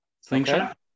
slingshot